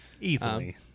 Easily